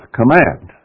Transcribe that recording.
command